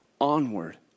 Onward